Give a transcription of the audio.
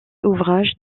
ouvrages